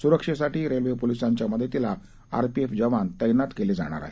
सुरक्षेसाठी रेल्वे पोलिसांच्या मदतीला आरपीएफ जवान तैनात केले जाणार आहेत